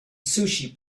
sushi